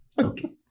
Okay